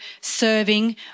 serving